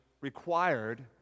required